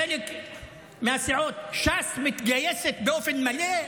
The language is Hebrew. חלק מהסיעות, ש"ס מתגייסת באופן מלא.